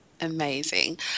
amazing